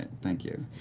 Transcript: thank you.